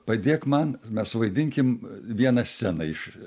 padėk man ir mes suvaidinkim vieną sceną iš